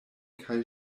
kaj